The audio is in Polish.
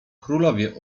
królowie